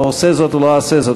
לא עושה זאת ולא אעשה זאת,